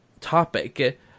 topic